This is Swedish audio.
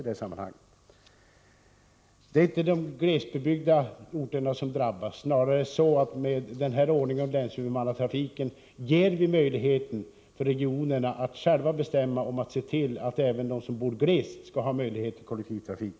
Det är inte de glesbebyggda orterna som drabbas. Snarare är det så att vi med ordningen med länshuvudmannatrafik ger möjligheter för regionerna att själva bestämma om och se till att även de som bor glest skall ha möjlighet till kollektivtrafik.